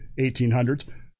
1800s